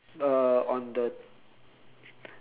uh on the